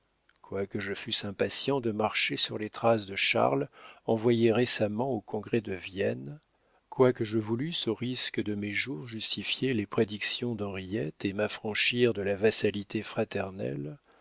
quoique je fusse impatient de marcher sur les traces de charles envoyé récemment au congrès de vienne quoique je voulusse au risque de mes jours justifier les prédictions d'henriette et m'affranchir de la vassalité fraternelle